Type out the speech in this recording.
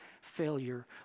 failure